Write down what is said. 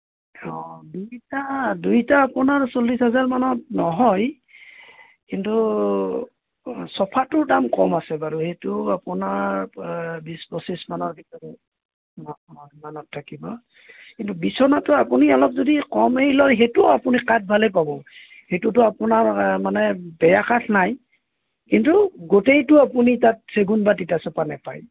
অঁ দুইটা দুইটা আপোনাৰ চল্লিছ হেজাৰ মানত নহয় কিন্তু চফাটোৰ দাম কম আছে বাৰু সেইটো আপোনাৰ বিছ পঁচিছ মানৰ ভিতৰত সিমানত থাকিব কিন্তু বিছনাটো আপুনি অলপ যদি কমেই লয় হেইটোও আপুনি কাঠ ভালেই পাব সেইটোতো আপোনাৰ মানে বেয়া কাঠ নাই কিন্তু গোটেইটো আপুনি তাত চেগুন বা তিতাচপা নেপায়